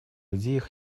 идеях